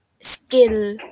Skill